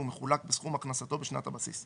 מחולק בסכום הכנסתו בשנת הבסיס,"